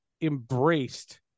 embraced